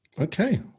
Okay